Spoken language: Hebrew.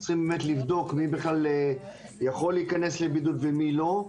צריך באמת לבדוק מי בכלל יכול להיכנס לבידוד ומי לא,